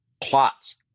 plots